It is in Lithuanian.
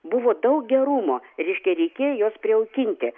buvo daug gerumo reiškia reikėjo juos prijaukinti